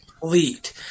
complete